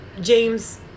James